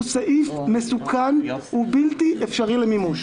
הוא סעיף מסוכן ובלתי אפשרי למימוש.